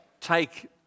take